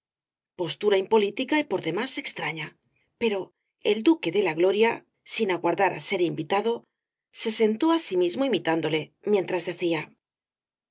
postura impolítica y por demás extraña pero el duque de la gloria sin aguardar á ser invitado se sentó asimismo imitándole mientras decía